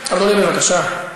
אדוני, בבקשה.